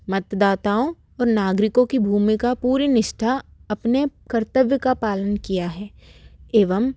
मतदाताओं औ नागरिकों की भूमिका पूरी निष्ठा अपने कर्त्तव्य का पालन किया है एवम्